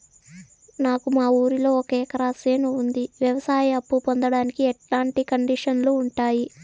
నాకు మా ఊరిలో ఒక ఎకరా చేను ఉంది, వ్యవసాయ అప్ఫు పొందడానికి ఎట్లాంటి కండిషన్లు ఉంటాయి?